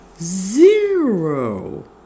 zero